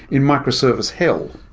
in microservice hill,